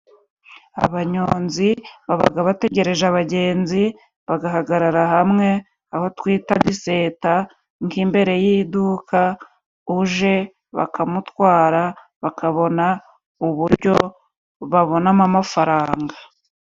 Abanyonzi baba bategereje abagenzi, bagahagarara hamwe aho twita iseta nk' imbere y'iduka, uje bakamutwara bakabona uburyo babonamo amafaranga.